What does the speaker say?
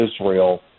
Israel